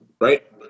right